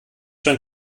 schon